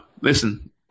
Listen